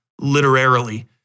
literarily